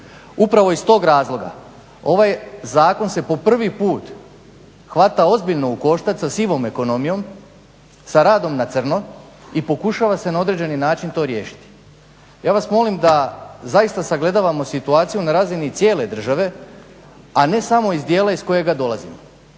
Upravo iz tog razloga ovaj zakon se po prvi put hvata ozbiljno u koštac sa sivom ekonomijom, sa radom na crno i pokušava se na određeni način to riješiti. Ja vas molim da zaista sagledavamo situaciju na razini cijele države, a ne samo iz dijela iz kojega dolazimo.